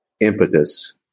impetus